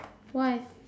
why